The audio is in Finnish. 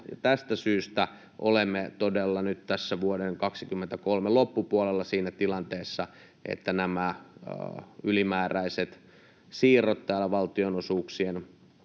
Tästä syystä olemme todella nyt tässä vuoden 23 loppupuolella siinä tilanteessa, että nämä ylimääräiset siirrot valtionosuuksien